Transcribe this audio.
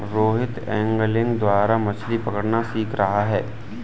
Rohit angling द्वारा मछ्ली पकड़ना सीख रहा है